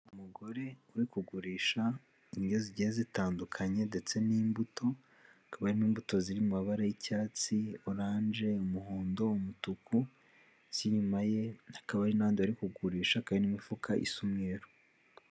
Umugore uri kugurisha indyo zigiye zitandukanye, ndetse n'imbuto, hakaba harimo imbuto ziri mu mabara y'icyatsi, oranje, umuhondo, umutuku, munsi y'inyuma ye hakaba hari n'abandi bari kugurisha kandi n'imifuka isa umweru.